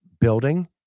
building